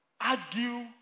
argue